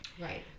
Right